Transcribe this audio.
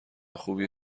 خوبی